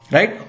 Right